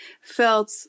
felt